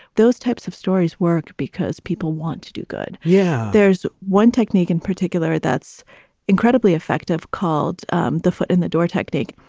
those types of stories work because people want to do good. yeah. there's one technique in particular that's incredibly effective called um the foot in the door technique.